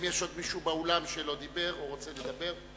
האם יש עוד מישהו באולם שלא דיבר או שרוצה לדבר?